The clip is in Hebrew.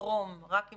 מי שזכאי